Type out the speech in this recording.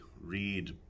read